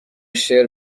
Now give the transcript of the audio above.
شعر